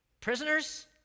Prisoners